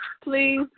please